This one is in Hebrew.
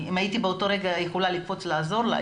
אם הייתי באותו רגע יכולה לקפוץ לעזור לה,